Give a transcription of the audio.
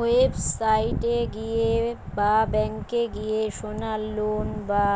website এ গিয়ে বা ব্যাংকে গিয়ে সোনার লোন বা